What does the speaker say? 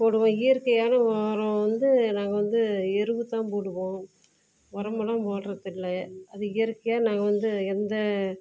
போடுவோம் இயற்கையான உரம் வந்து நாங்கள் வந்து எருவு தான் போடுவோம் உரமெல்லாம் போடுறதில்ல அது இயற்கையாக நாங்கள் வந்து எந்த